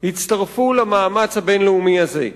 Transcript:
הצטרפו למאמץ הבין-לאומי הזה.